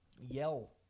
yell